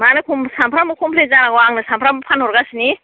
मानो कम सामफ्रामबो कम्लेन जानांगौ आंनो सामफ्रामबो फानहरगासिनो